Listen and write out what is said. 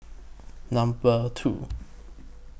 Number two